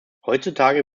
heutzutage